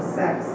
sex